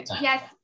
Yes